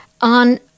on